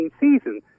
season